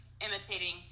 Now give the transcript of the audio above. imitating